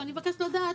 שאני מבקשת לדעת,